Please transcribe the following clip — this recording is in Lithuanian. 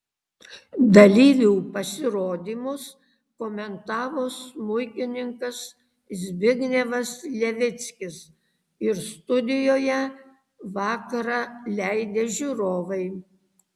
dalyvių pasirodymus komentavo smuikininkas zbignevas levickis ir studijoje vakarą leidę žiūrovai